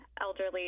elderly